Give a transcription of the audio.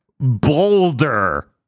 Boulder